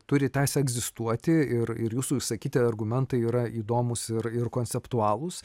turi teisę egzistuoti ir ir jūsų išsakyti argumentai yra įdomūs ir ir konceptualūs